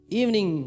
evening